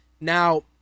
Now